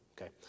okay